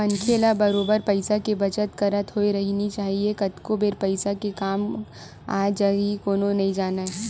मनखे ल बरोबर पइसा के बचत करत होय रहिना चाही कतका बेर पइसा के काय काम आ जाही कोनो नइ जानय